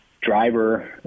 driver